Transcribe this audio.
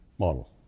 Model